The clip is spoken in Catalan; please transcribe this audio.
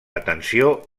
atenció